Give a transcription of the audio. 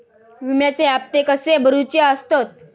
विम्याचे हप्ते कसे भरुचे असतत?